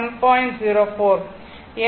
04